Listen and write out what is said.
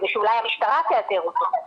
כדי שאולי המשטרה תאתר אותו.